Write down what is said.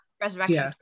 resurrection